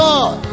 God